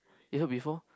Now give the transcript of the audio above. you heard before